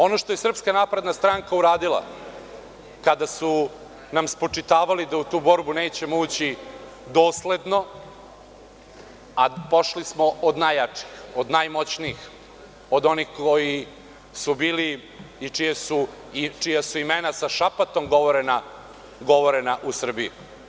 Ono što je Srpska napredna stranka uradila kada su nam spočitavali da u tu borbu nećemo ući dosledno, pošli smo od najjačih, od najmoćnijih, od onih koji su bili i čija su imena sa šapatom govorena u Srbiji.